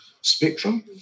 spectrum